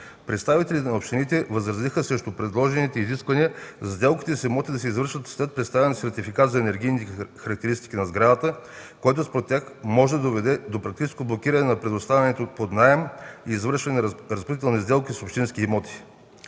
Представителите на общините възразиха срещу предложените изисквания сделките с имоти да се извършват след представен сертификат за енергийните характеристики на сградата, което според тях може да доведе до практическо блокиране на предоставянето под наем и извършване на разпоредителни сделки с общински имоти.